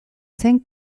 zen